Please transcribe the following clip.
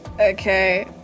Okay